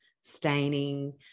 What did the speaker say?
staining